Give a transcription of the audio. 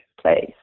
place